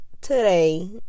today